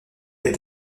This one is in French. est